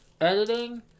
Editing